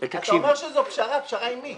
אתה אומר שזאת פשרה, פשרה עם מי?